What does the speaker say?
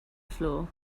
floor